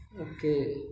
Okay